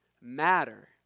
matter